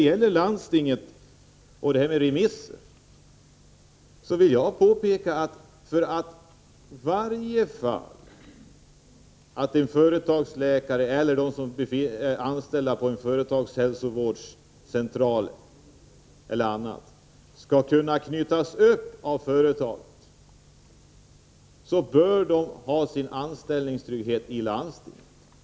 ning Jag vill påpeka att vpk anser att en företagsläkare eller annan anställd på t.ex. en företagshälsovårdscentral bör ha sin anställningstrygghet i landstinget.